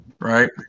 right